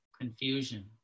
confusion